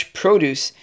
produce